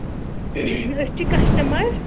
أسۍ چھِ کسٹٕمر